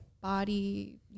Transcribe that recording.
body